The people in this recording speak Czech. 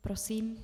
Prosím.